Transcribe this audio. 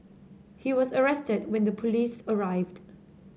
he was arrested when the police arrived